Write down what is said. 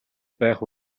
байх